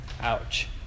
Ouch